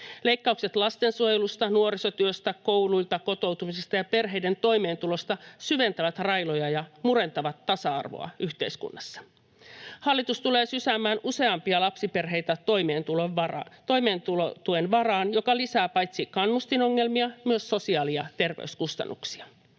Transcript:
Leikkaukset lastensuojelusta, nuorisotyöstä, kouluilta, kotoutumisesta ja perheiden toimeentulosta syventävät railoja ja murentavat tasa-arvoa yhteiskunnassa. Hallitus tulee sysäämään useampia lapsiperheitä toimeentulotuen varaan, mikä lisää paitsi kannustinongelmia myös sosiaali- ja terveyskustannuksia.